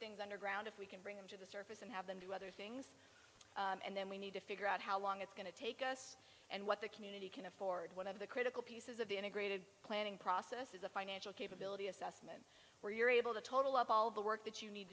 things underground if we can bring surface and have them to others and then we need to figure out how long it's going to take us and what the community can afford one of the critical pieces of the integrated planning process is a financial capability assessment where you're able to total up all the work that you need